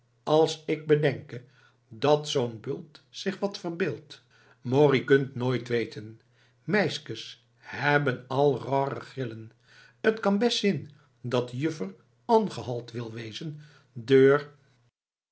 als ik bedenke dat zoo'nen bult zich wat verbeeldt moar ie kunt nooit wèten meiskes hebben al roare grillen t kan best zîn dat de juffer angehoald wil wezen deur